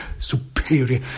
superior